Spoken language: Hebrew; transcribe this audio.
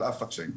על אף הקשיים.